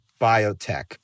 biotech